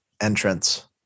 entrance